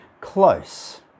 close